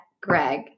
Greg